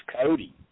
Cody